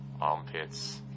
Armpits